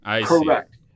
Correct